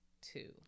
two